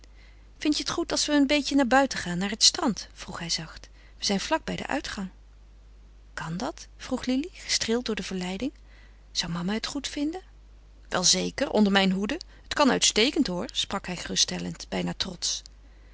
vindt je het goed als we een beetje naar buiten gaan naar het strand vroeg hij zacht we zijn vlak bij den uitgang kan dat vroeg lili gestreeld door de verleiding zou mama het goed vinden wel zeker onder mijn hoede het kan uitstekend hoor sprak hij geruststellend bijna trotsch